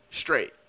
straight